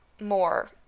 more